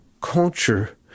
culture